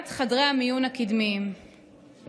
פשוט